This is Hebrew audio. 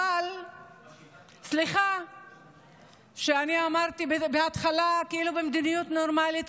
אבל סליחה שאמרתי בהתחלה "במדיניות נורמלית",